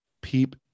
Peep